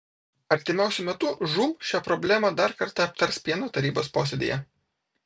artimiausiu metu žūm šią problemą dar kartą aptars pieno tarybos posėdyje